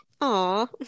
Aw